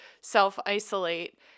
self-isolate